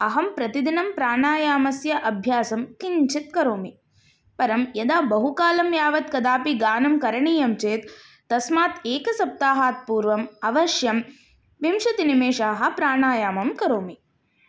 अहं प्रतिदिनं प्राणायामस्य अभ्यासं किञ्चित् करोमि परं यदा बहुकालं यावत् कदापि गानं करणीयं चेत् तस्मात् एकसप्ताहात् पूर्वम् अवश्यं विंशतिनिमेषाः प्राणायामं करोमि